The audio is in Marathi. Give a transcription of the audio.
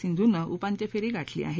सिंधूनं उपांत्य फेरी गाठली आहे